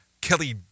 Kelly